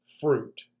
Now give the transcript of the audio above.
fruit